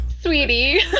sweetie